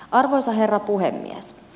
arvoisa herra puhemies